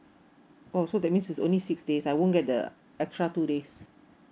oh so that means is only six days I won't get the extra two days